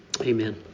Amen